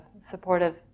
supportive